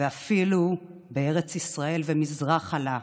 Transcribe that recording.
ואפילו בארץ ישראל ומזרחה לה,